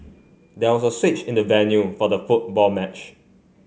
there was a switch in the venue for the football match